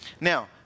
Now